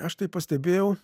aš tai pastebėjau